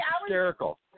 hysterical